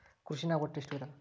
ಕೃಷಿನಾಗ್ ಒಟ್ಟ ಎಷ್ಟ ವಿಧ?